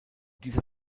dieser